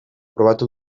probatu